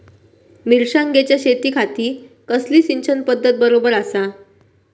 मिर्षागेंच्या शेतीखाती कसली सिंचन पध्दत बरोबर आसा?